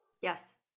Yes